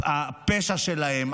הפשע שלהם,